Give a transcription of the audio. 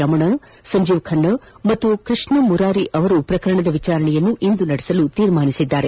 ರಮಣ ಸಂಜೀವ್ ಖನ್ನಾ ಮತ್ತು ಕೃಷ್ಣ ಮುರಾರಿ ಅವರು ಪ್ರಕರಣದ ವಿಚಾರಣೆಯನ್ನು ಇಂದು ನಡೆಸಲು ನಿರ್ಧರಿಸಿದ್ದಾರೆ